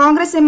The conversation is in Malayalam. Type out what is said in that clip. കോൺഗ്രസ് എം